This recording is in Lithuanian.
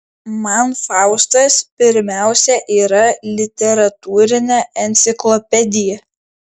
man faustas pirmiausia yra literatūrinė enciklopedija